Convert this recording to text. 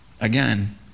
Again